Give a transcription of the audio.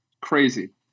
crazy